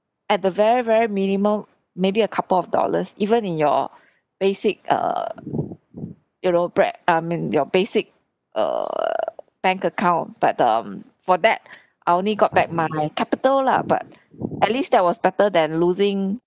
at the very very minimal maybe a couple of dollars even in your basic err you know bread I mean your basic err bank account but um for that I only got back my capital lah but at least that was better than losing